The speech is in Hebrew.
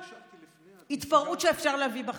בכל התפרעות שאפשר להביא בחשבון.